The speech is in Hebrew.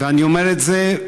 אני אומר את זה,